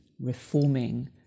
reforming